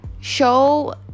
show